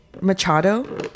Machado